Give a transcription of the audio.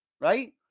right